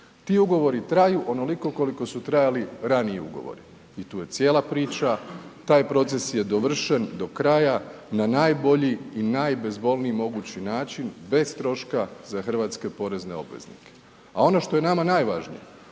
Ti ugovori traju onoliko koliko su trajali ranije ugovori. I tu je cijela priča, taj proces je dovršen do kraja, na najbolji i najbezbolniji mogući način bez troška za hrvatske porezne obveznike. A ono što je nama najvažnije,